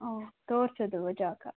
ಹಾಂ ತೋರ್ಸೋದು ಜಾಗ